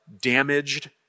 damaged